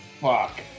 fuck